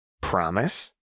Promise